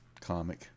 comic